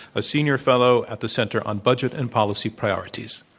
a senior fellow at the center on budget and policy priorities.